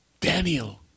Daniel